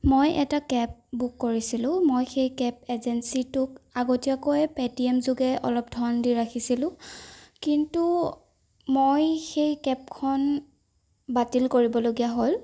মই এটা cab book কৰিছিলোঁ মই সেই কেব এজেন্সিটোক আগতীয়াকৈ পে'টিএম যোগে অলপ ধন দি ৰাখিছিলোঁ কিন্তু মই সেই কেবখন বাতিল কৰিবলগীয়া হ'ল